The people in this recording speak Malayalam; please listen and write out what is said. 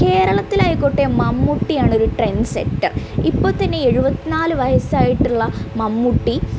കേരളത്തിലായിക്കോട്ടെ മമ്മൂട്ടിയാണ് ഒര് ട്രെൻഡ് സെറ്റർ ഇപ്പൊത്തെന്നെ എഴുപത്തി നാല് വയസ്സായിട്ടുള്ള മമ്മൂട്ടി